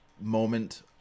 moment